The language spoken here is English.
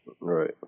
Right